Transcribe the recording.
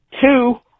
Two